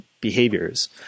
behaviors